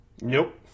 Nope